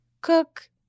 cook